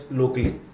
locally